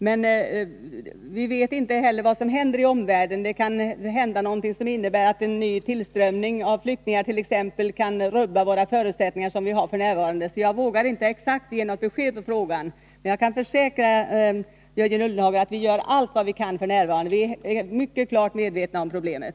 Men vi vet inte heller vad som händer i omvärlden; det kan hända någonting som t.ex. innebär att en ny tillströmning av flyktingar rubbar de förutsättningar vi har f. n. Jag vågar därför inte ge något exakt besked. Men jag kan försäkra Jörgen Ullenhag att vi nu gör allt vad vi kan, och vi är mycket klart medvetna om problemen.